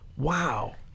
Wow